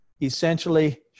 essentially